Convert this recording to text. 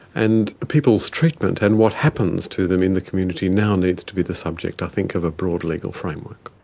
and people's treatment and what happens to them in the community now needs to be the subject i think of a broad legal framework.